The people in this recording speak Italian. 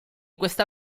questa